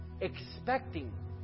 expecting